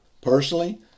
Personally